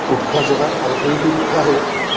উৎসাহ যোগায় আৰু সেই উৎসাহে